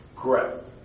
Correct